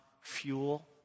fuel